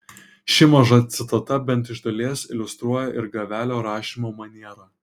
ši maža citata bent iš dalies iliustruoja ir gavelio rašymo manierą